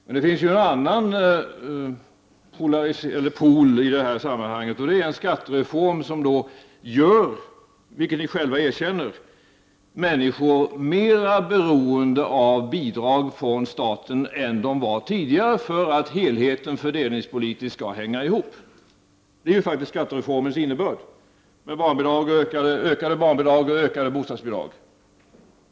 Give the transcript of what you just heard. Men det finns ju en annan pool i det här sammanhanget, och det är en skattereform som gör, vilket ni själva erkänner, människor mera beroende av bidrag från staten än de var tidigare, för att helheten fördelningspolitiskt skall hänga ihop. Det är faktiskt skattereformens innebörd: det fordras ökade barnbidrag och ökade bostadsbidrag.